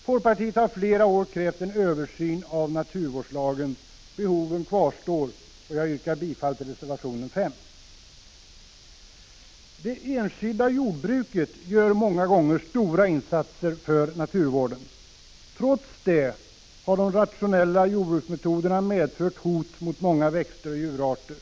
Folkpartiet har flera år krävt en översyn av naturvårdslagen. Behoven kvarstår, och jag yrkar bifall till reservation 5. Det enskilda jordbruket gör ofta stora insatser för naturvården. Trots detta har de rationella jordbruksmetoderna medfört hot mot många växtoch djurarter.